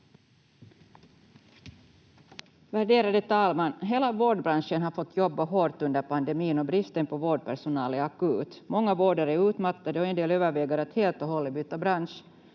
Värderade talman! Hela vårdbranschen har fått jobba hårt under pandemin och bristen på vårdpersonal är akut. Många vårdare är utmattade och en del överväger att helt och hållet byta bransch.